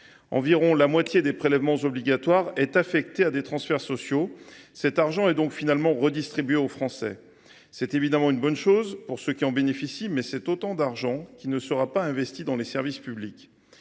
Environ la moitié des prélèvements obligatoires est affectée à des transferts sociaux, ces sommes sont donc finalement redistribuées aux Français. Si cela est évidemment bienvenu pour ceux qui en bénéficient, c’est autant d’argent qui ne sera pas investi dans les services publics.